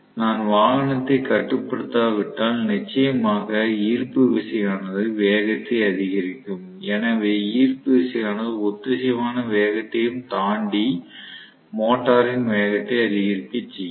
நான் வாகனத்தை கட்டுப்படுத்தாவிட்டால் நிச்சயமாக ஈர்ப்பு விசையானது வேகத்தை அதிகரிக்கும் எனவே ஈர்ப்பு விசையானது ஒத்திசைவான வேகத்தையும் தாண்டி மோட்டாரின் வேகத்தை அதிகரிக்கச் செய்யும்